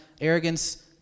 arrogance